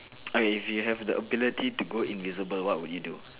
okay if you have the ability to go invisible what would you do